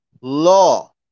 law